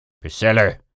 Priscilla